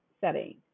setting